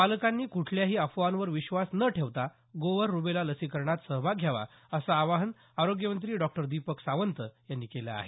पालकांनी कुठल्याही अफवांवर विश्वास न ठेवता गोवर रुबेला लसीकरणात सहभाग घ्यावा असं आवाहन आरोग्यमंत्री डॉक्टर दीपक सावंत यांनी केलं आहे